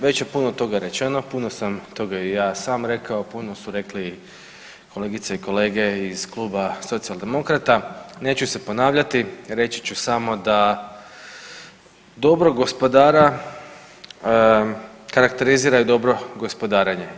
Veće je puno toga rečeno, puno toga sam i ja sam rekao, puno su rekli kolegice i kolege iz Kluba socijaldemokrata, neću se ponavljati, reći ću samo da dobrog gospodara karakterizira i dobro gospodarenje.